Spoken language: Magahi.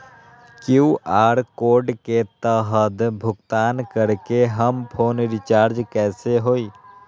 कियु.आर कोड के तहद भुगतान करके हम फोन रिचार्ज कैसे होई?